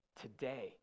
today